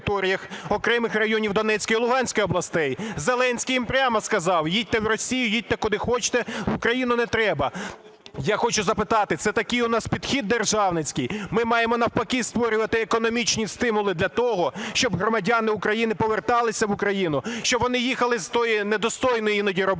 Зеленський їм прямо сказав: їдьте в Росію, їдьте куди хочете, в Україну не треба. Я хочу запитати, це такий у нас підхід державницький? Ми маємо, навпаки, створювати економічні стимули для того, щоб громадяни України поверталися в Україну, щоб вони їхали з тієї недостойної іноді роботи